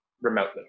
remotely